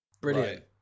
Brilliant